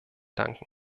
danken